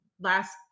last